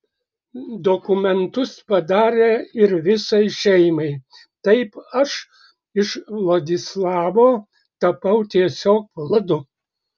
dokumentus padarė ir visai šeimai taip aš iš vladislavo tapau tiesiog vladu